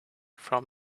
from